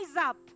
up